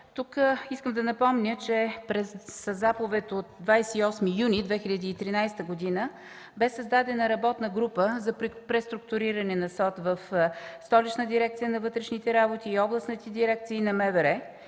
Тук искам да напомня, че със заповед от 28 юни 2013 г. бе създадена работна група за преструктуриране на СОД в Столична дирекция на вътрешните работи и областните дирекции на МВР.